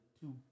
two